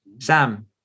Sam